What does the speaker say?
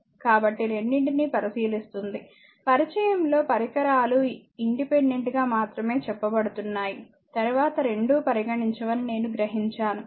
కాబట్టి రెండింటినీ పరిశీలిస్తుంది పరిచయంలో పరికరాలు ఇండిపెండెంట్ గా మాత్రమే చెప్పబడుతున్నాయి తరువాత రెండూ పరిగణించవని నేను గ్రహించాను